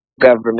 government